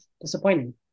disappointing